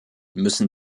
müssen